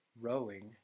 rowing